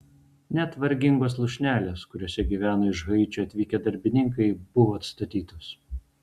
net vargingos lūšnelės kuriose gyveno iš haičio atvykę darbininkai buvo atstatytos